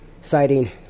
citing